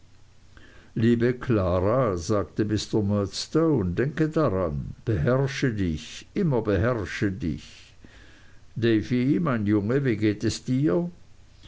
liebe klara sagte mr murdstone denke daran beherrsche dich immer beherrsche dich davy mein junge wie geht es dir